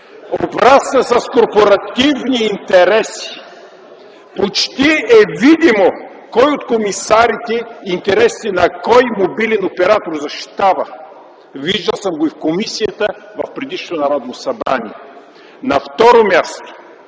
Обрасна с корпоративни интереси. Почти е видно кой от комисарите, интересите на кой мобилен оператор защитава. Виждал съм го и в комисията в предишното Народно събрание. На второ място,